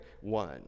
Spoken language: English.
one